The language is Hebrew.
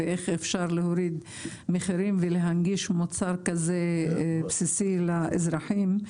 על איך אפשר להוריד מחירים ולהנגיש מוצר כזה בסיסי לאזרחים,